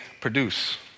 produce